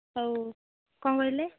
ହଉ କ'ଣ କହିଲେ